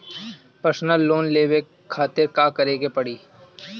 Personal loan लेवे खातिर का करे के पड़ी?